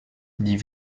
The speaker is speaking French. dit